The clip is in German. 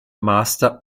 master